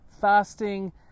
fasting